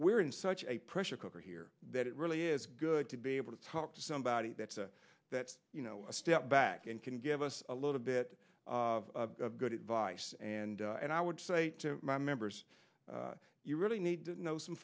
we're in such a pressure cooker here that it really is good to be able to talk to somebody that's a that you know step back and can give us a little bit of good advice and and i would say to my members you really need to know some